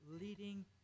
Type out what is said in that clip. leading